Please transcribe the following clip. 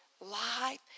life